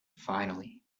finally